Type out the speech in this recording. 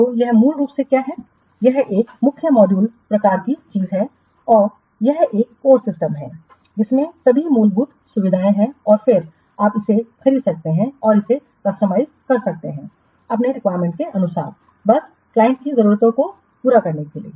तो यह मूल रूप से क्या है यह एक मुख्य मॉड्यूल प्रकार की चीज है और यह एक कोर सिस्टम है जिसमें सभी मूलभूत सुविधाएं हैं और फिर आप इसे खरीद सकते हैं और इसे कस्टमाइज़ कर सकते हैं अपनी रिक्वायरमेंट्स के अनुसार बस क्लाइंट की जरूरतों को पूरा करने के लिए